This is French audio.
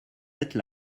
êtes